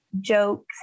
jokes